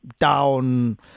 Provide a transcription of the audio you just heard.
down